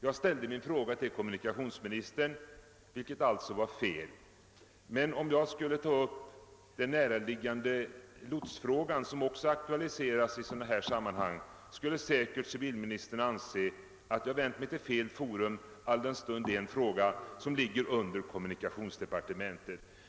Jag ställde min fråga till kommunikationsministern, vilket alltså var fel, men om jag skulle ta upp den näraliggande lotsfrågan, som också aktualiseras i sådana här sammanhang, skulle säkert civilministern anse att jag vänt mig till fel forum, alldenstund det är en fråga som ligger under kommunikationsdepartementet.